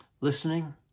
Listening